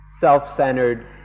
self-centered